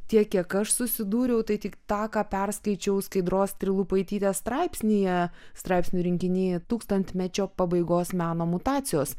tiek kiek aš susidūriau tai tik tą ką perskaičiau skaidros trilupaitytės straipsnyje straipsnių rinkinyje tūkstantmečio pabaigos meno mutacijos